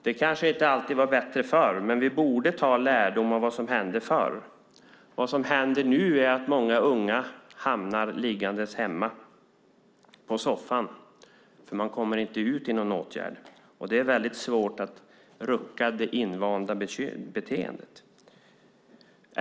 Det kanske inte alltid var bättre förr, men vi borde åtminstone ta lärdom av vad som hände förr. Nu ligger många unga i soffan och kommer inte ut i någon åtgärd, och det är svårt att rucka ett invant beteende.